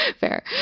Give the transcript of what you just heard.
Fair